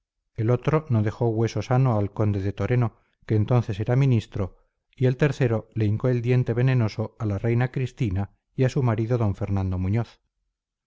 el otro no dejó hueso sano al conde de toreno que entonces era ministro y el tercero le hincó el diente venenoso a la reina cristina y a su marido d fernando muñoz